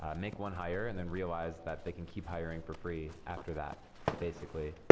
ah make one hire and then realize that they can keep hiring for free after that basically.